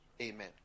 Amen